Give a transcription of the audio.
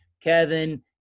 Kevin